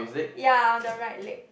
ya on the right leg